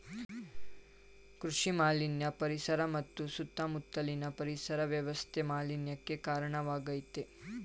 ಕೃಷಿ ಮಾಲಿನ್ಯ ಪರಿಸರ ಮತ್ತು ಸುತ್ತ ಮುತ್ಲಿನ ಪರಿಸರ ವ್ಯವಸ್ಥೆ ಮಾಲಿನ್ಯಕ್ಕೆ ಕಾರ್ಣವಾಗಾಯ್ತೆ